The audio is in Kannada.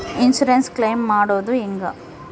ಇನ್ಸುರೆನ್ಸ್ ಕ್ಲೈಮು ಮಾಡೋದು ಹೆಂಗ?